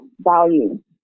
value